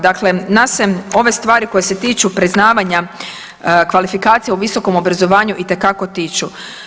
Dakle, nas se ove stvari koje se tiču priznavanja kvalifikacije u visokom obrazovanju itekako tiču.